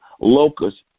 locusts